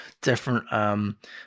different